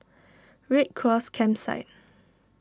Red Cross Campsite